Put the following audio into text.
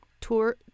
tour